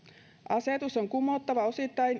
asetus on kumottava